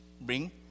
bring